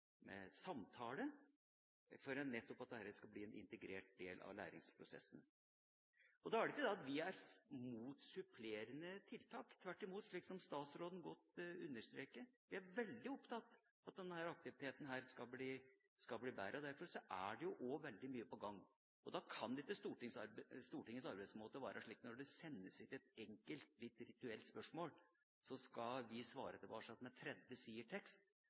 samtale, nettopp for at dette skal bli en integrert del av læringsprosessen. Da er det ikke det at vi er imot supplerende tiltak. Tvert imot, som statsråden godt understreker, er vi veldig opptatt av at denne aktiviteten skal bli bedre, og derfor er det også veldig mye på gang. Da kan ikke Stortingets arbeidsmåte være slik at når det sendes inn et enkelt, litt rituelt, spørsmål, så skal vi svare tilbake med 30 sider tekst